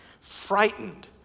frightened